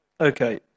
Okay